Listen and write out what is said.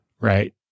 right